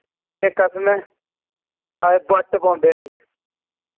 ते कसम ऐ बाय बट्ट पौंदे निं